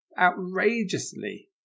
Outrageously